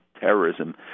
Terrorism